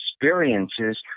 experiences